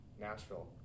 Nashville